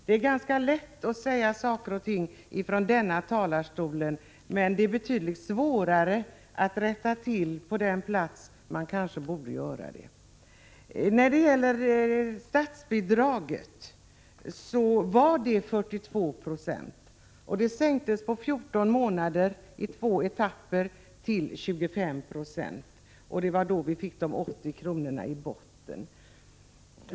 Det är ganska lätt att säga saker och ting från denna talarstol. Det är betydligt svårare att rätta till brister på de platser där man kanske borde göra det. Statsbidragen var tidigare 42 90 och sänktes på 14 månader i två etapper till 25 90. Det var då det blev beslutat att 80 kr. skulle ligga i botten.